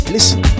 Listen